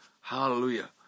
Hallelujah